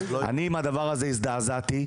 אני הזדעזעתי מהדבר הזה,